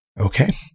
Okay